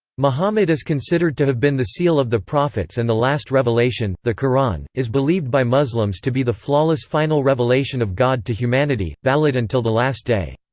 muhammad is considered to have been the seal of the prophets and the last revelation, the qur'an, is believed by muslims to be the flawless final revelation of god to humanity, valid until the last day.